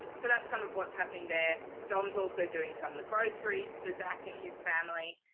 so that's some of what's happening there. dom's also doing some of the groceries for zach and his family.